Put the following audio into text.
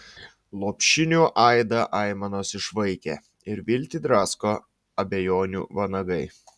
lopšinių aidą aimanos išvaikė ir viltį drasko abejonių vanagai